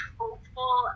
hopeful